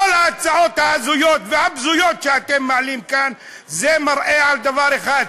כל ההצעות ההזויות והבזויות שאתם מעלים כאן מראות דבר אחד: